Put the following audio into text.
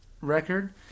record